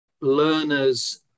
learners